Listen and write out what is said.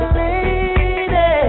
lady